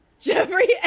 Jeffrey